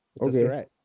Okay